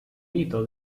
mito